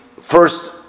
first